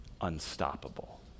Unstoppable